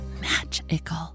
magical